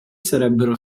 sarebbero